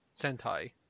Sentai